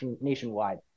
nationwide